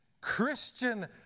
Christian